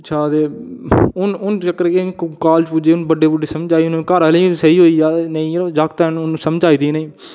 अच्छा ते हून हून चक्कर केह् ऐ कि कालेज पुज्जे हून बड्डे बड्डे समझ आई हून घर आह्लें ई बी स्हेई होई गेआ कि नेईं जागत न हून समझ आई दी इ'नें ई